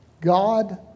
God